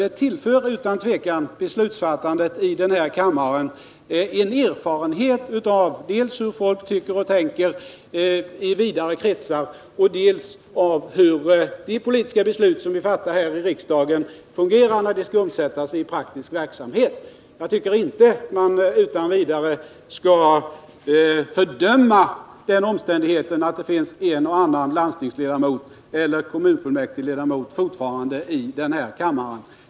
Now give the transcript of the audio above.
Det tillför utan tvivel beslutsfattandet i denna kammare en erfarenhet av dels hur folk tycker och tänker i vida kretsar, dels hur de politiska beslut som vi fattar här i riksdagen fungerar när de skall omsättas i praktisk verksamhet. Jag tycker således att man inte utan vidare skall fördöma att det fortfarande finns en och annan landstingsledamot eller kommunfullmäktigeledamot i denna kammare.